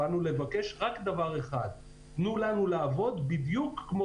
באנו לבקש רק דבר אחד: תנו לנו לעבוד בדיוק כמו